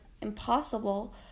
impossible